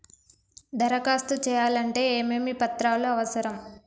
దరఖాస్తు చేయాలంటే ఏమేమి పత్రాలు అవసరం?